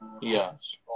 Yes